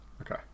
Okay